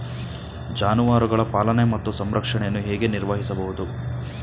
ಜಾನುವಾರುಗಳ ಪಾಲನೆ ಮತ್ತು ಸಂರಕ್ಷಣೆಯನ್ನು ಹೇಗೆ ನಿರ್ವಹಿಸಬಹುದು?